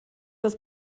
das